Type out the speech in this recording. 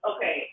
Okay